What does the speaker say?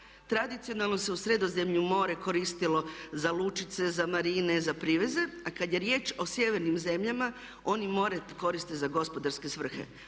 tradicionalno se u Sredozemlju more koristilo za lučice, za marine, za priveze a kad je riječ o sjevernim zemljama oni more koriste za gospodarske svrhe.